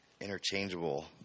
interchangeable